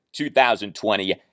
2020